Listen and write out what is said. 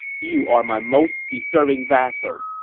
you are my most deserving vassal.